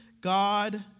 God